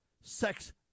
sex